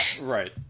right